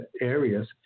areas